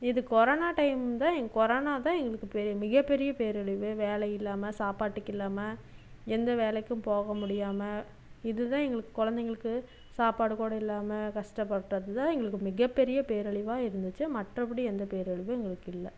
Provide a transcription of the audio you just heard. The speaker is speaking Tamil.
இது கொரோனா டைம் தான் கொரோனா தான் எங்களுக்கு பெரிய மிக பெரிய பேரழிவு வேலை இல்லாமல் சாப்பாட்டுக்கு இல்லாமல் எந்த வேலைக்கும் போக முடியாமல் இது தான் எங்களுக்கு குழந்தைங்களுக்கு சாப்பாடு கூட இல்லாமல் கஷ்ட்டப்பட்டது தான் எங்களுக்கு மிக பெரிய பேரழிவாக இருந்துச்சு மற்றபடி எந்த பேரழிவும் எங்களுக்கு இல்லை